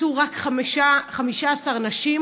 יצאו רק 15 נשים.